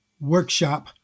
Workshop